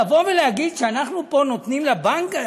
להגיד שאנחנו נותנים לבנקים,